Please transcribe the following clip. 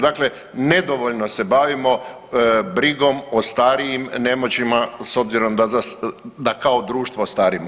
Dakle, nedovoljno se bavimo brigom o starijim i nemoćnima s obzirom da kao društvo starimo.